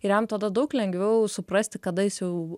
ir jam tada daug lengviau suprasti kada jis jau